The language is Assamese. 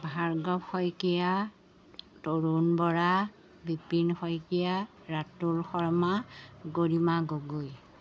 ভাৰ্গৱ শইকীয়া তৰুণ বৰা বিপিন শইকীয়া ৰাতুল শৰ্মা গৰিমা গগৈ